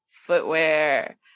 footwear